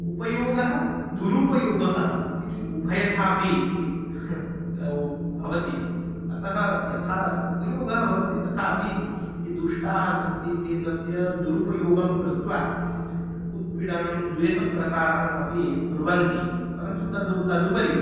उपयोगः दुरुपयोगः इति उभयथा अपि इ भवति अतः यथा उपयोगः भवति तथापि ये दुष्टाः सन्ति ते तस्य दुरुपयोगं कृत्वा उत्पीडनं द्वेषप्रसारणम् अपि कुर्वन्ति परन्तु तत् तदुपरि